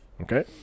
Okay